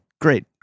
great